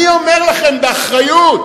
אני אומר לכם באחריות,